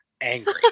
angry